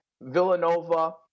Villanova